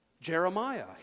Jeremiah